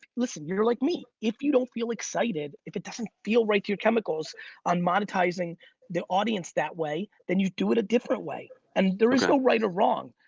listen, you're you're like me, if you don't feel excited, if it doesn't feel right to chemicals on monetizing the audience that way, then you do it a different way. and there is no right or wrong.